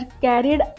carried